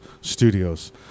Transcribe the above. Studios